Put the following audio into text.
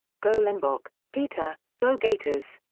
golenbock, peter, go gators!